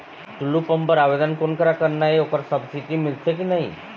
Tullu pump बर आवेदन कोन करा करना ये ओकर सब्सिडी मिलथे की नई?